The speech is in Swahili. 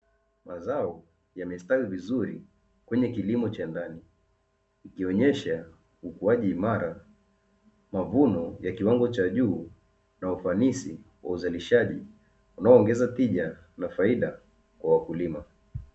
Mazao yamestawi vizuri kwenye kilimo cha ndani, ikionyesha: ukuaji imara, mavuno ya kiwango cha juu na ufanisi wa uzalishaji unaoongeza tija na faida kwa wakulima.